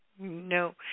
No